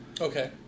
Okay